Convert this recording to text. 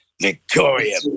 Victoria